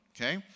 okay